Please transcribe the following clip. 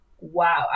Wow